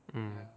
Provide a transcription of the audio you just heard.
mm